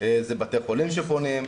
זה גם בתי חולים שפנו.